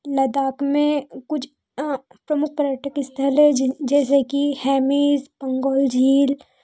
लद्दाख में कुछ प्रमुख पर्यटक स्थल हैं जिन जैसे कि हैमीज बंगोल झील